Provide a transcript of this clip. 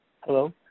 Hello